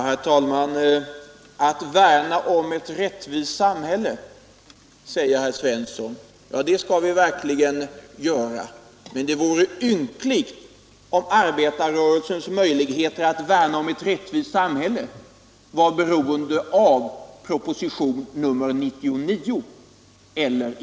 Herr talman! Herr Svensson i Eskilstuna talar om att värna om ett rättvist samhälle, men det vore ynkligt om arbetarrörelsens möjligheter att värna om ett rättvist samhälle skulle vara beroende av proposition 99.